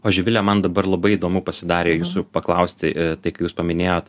o živile man dabar labai įdomu pasidarė jūsų paklausti tai ką jūs paminėjot